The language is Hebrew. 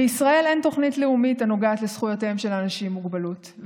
בישראל אין תוכנית לאומית הנוגעת לזכויותיהם של אנשים עם מוגבלות,